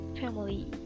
family